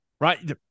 Right